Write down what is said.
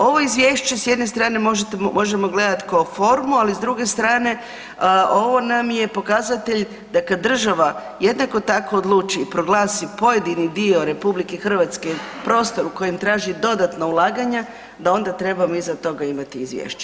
Ovo izvješće s jedne strane možemo gledati kao formu, ali s druge strane ovo nam je pokazatelj da kad država jednako tako odluči i proglasi pojedini dio RH prostor u kojem traži dodatno ulaganja da onda trebamo iza toga imati izvješće.